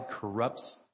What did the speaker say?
corrupts